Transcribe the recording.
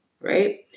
right